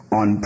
on